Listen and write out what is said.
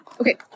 Okay